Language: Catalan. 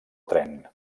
tren